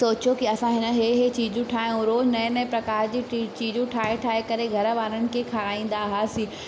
सोचो की असां हिन इहा इहा प्रकार जी चीजूं ठाहियूं रोज़ु नए नए प्रकार जी चीजूं ठाहे ठाहे करे घर वारनि खे खाराईंदा हुआसीं